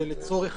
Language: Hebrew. זה לצורך